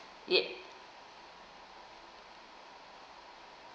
yet